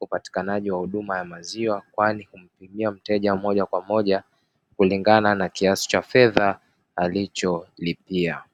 upatikanaji wa huduma ya maziwa, kwani humuhudumia mteja moja kwa moja kulingana na kiasi cha fedha alicholipia.